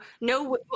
no